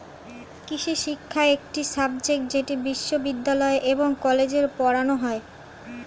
কৃষিশিক্ষা একটি সাবজেক্ট যেটি বিশ্ববিদ্যালয় এবং কলেজে পড়ানো হয়